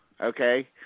Okay